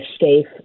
safe